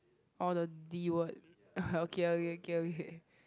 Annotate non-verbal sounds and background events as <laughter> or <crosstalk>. all the D word <noise> okay okay okay okay